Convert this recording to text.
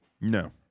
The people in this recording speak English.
No